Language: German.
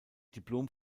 diplom